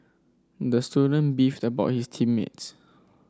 the student beefed about his team mates